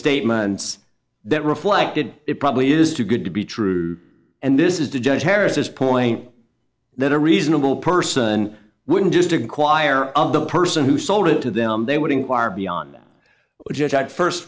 statements that reflected it probably is too good to be true and this is the judge harris's point that a reasonable person wouldn't just inquire of the person who sold it to them they would inquire beyond that